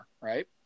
Right